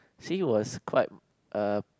she was quite uh